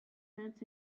pants